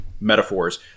metaphors